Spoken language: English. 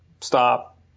stop